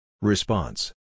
Response